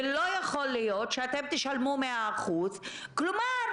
ולא יכול להיות שאתם תשלמו 100%. כלומר,